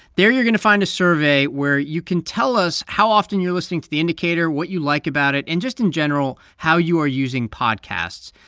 there, you're going to find a survey where you can tell us how often you're listening to the indicator, what you like about it and just, in general, how you are using podcasts.